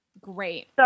Great